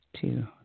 two